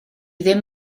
ddim